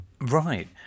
Right